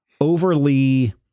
overly